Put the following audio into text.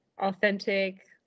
authentic